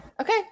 Okay